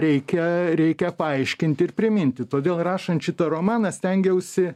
reikia reikia paaiškinti ir priminti todėl rašant šitą romaną stengiausi